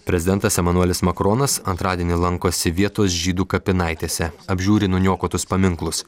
prezidentas emanuelis makronas antradienį lankosi vietos žydų kapinaitėse apžiūri nuniokotus paminklus